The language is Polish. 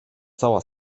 cała